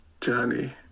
journey